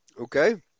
okay